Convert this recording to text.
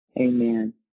Amen